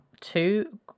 two